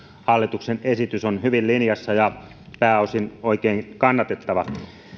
hallituksen esitys on hyvin linjassa ja pääosin oikein kannatettava